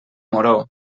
moró